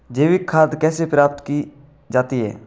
जैविक खाद कैसे प्राप्त की जाती है?